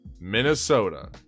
Minnesota